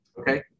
Okay